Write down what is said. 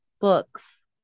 books